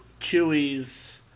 Chewies